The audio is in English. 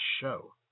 show